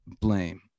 Blame